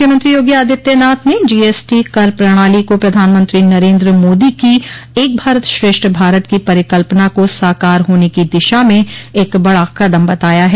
मुख्यमंत्री योगी आदित्यनाथ ने जीएसटी कर प्रणाली को प्रधानमंत्री नरेन्द्र मोदी की एक भारत श्रेष्ठ भारत की परिकल्पना को साकार होने के दिशा में एक बड़ा कदम बताया है